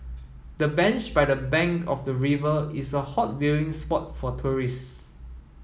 the bench by the bank of the river is a hot viewing spot for tourists